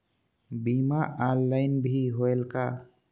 बीमा ऑनलाइन भी होयल का?